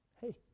hey